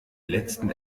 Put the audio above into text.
letzten